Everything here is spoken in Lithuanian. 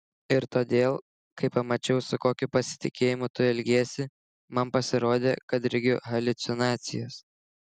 ir todėl kai pamačiau su kokiu pasitikėjimu tu elgiesi man pasirodė kad regiu haliucinacijas